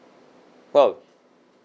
!wow!